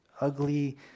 ugly